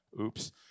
oops